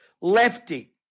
lefty